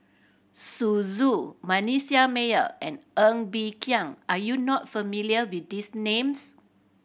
Zu Manasseh Meyer and Ng Bee Kia are you not familiar with these names